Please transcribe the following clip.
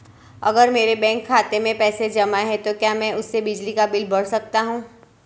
अगर मेरे बैंक खाते में पैसे जमा है तो क्या मैं उसे बिजली का बिल भर सकता हूं?